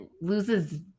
loses